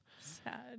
Sad